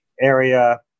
area